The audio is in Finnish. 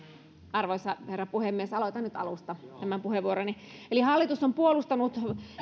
arvoisa herra puhemies aloitan nyt alusta tämän puheenvuoroni eli hallitus on puolustanut